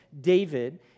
David